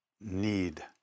need